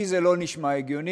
לי זה לא נשמע הגיוני.